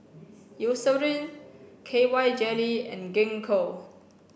K Y Jelly and Gingko